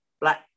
black